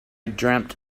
dreamt